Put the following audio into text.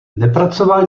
nepracoval